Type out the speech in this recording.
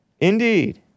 Indeed